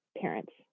parents